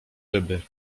ryby